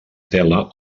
tela